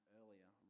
earlier